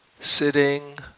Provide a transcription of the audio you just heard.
Sitting